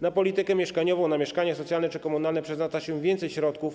Na politykę mieszkaniową, na mieszkania socjalne czy komunalne przeznacza się więcej środków.